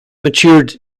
matured